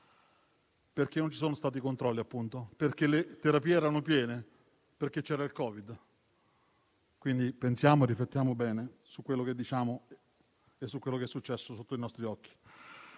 perché non ci sono stati i controlli, perché i reparti erano pieni, perché c'era il Covid. Quindi, pensiamo e riflettiamo bene su quello che diciamo e su quello che è successo sotto i nostri occhi.